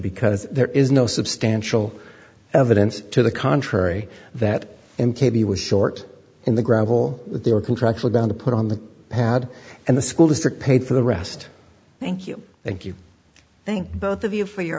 because there is no substantial evidence to the contrary that n k p was short in the gravel with their contractual down to put on the pad and the school district paid for the rest thank you thank you thank both of you for your